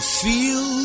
feel